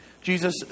jesus